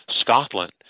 Scotland